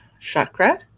chakra